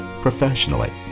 professionally